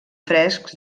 frescs